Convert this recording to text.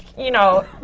you know,